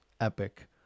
epic